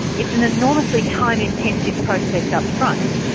it's an enormously time-intensive process upfront,